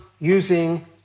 using